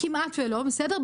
כמעט ולא, בסדר?